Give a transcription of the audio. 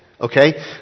Okay